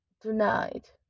tonight